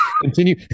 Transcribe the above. Continue